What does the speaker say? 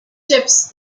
chips